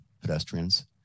pedestrians